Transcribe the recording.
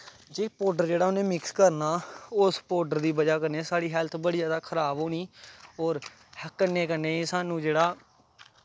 जे powder जेह्ड़ा उ'नें mix करना उस पौडर दी बजह् कन्नै साढ़ी हैल्थ बड़ी जादा खराब होनी होर कन्नै कन्नै सानूं एह् जेह्ड़ा